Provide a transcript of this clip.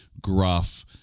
gruff